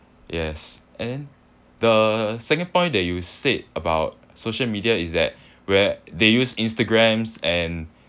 yes and the single point that you said about social media is that where they use instagrams and